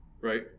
Right